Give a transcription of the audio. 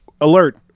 Alert